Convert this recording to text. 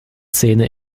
zähne